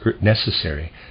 Necessary